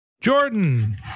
Jordan